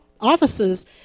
offices